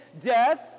death